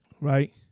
right